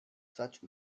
such